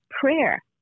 prayer